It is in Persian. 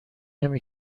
نمی